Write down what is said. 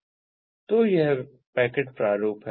तो वह पैकेट प्रारूप है